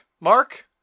mark